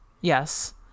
yes